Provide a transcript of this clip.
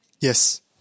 yes